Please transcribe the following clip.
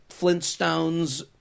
Flintstones